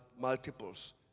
multiples